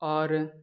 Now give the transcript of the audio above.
आओर